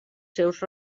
seus